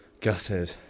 Gutted